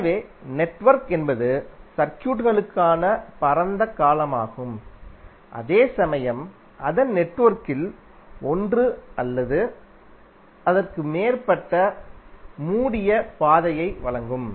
எனவே நெட்வொர்க் என்பது சர்க்யூட்களுக்கான பரந்த காலமாகும் அதே சமயம் அதன் நெட்வொர்க்கில் ஒன்று அல்லது அதற்கு மேற்பட்ட மூடிய பாதையை வழங்கும்